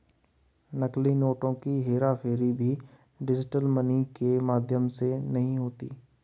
नकली नोटों की हेराफेरी भी डिजिटल मनी के माध्यम से नहीं होती